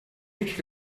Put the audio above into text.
nicht